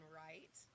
right